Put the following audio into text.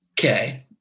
okay